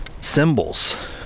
symbols